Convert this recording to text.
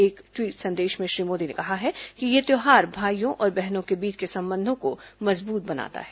एक ट्वीट संदेश में श्री मोदी ने कहा है कि यह त्यौहार भाइयों और बहनों के बीच के संबंधों को मजबूत बनाता है